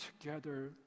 together